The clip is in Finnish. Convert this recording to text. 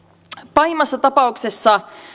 pahimmassa tapauksessa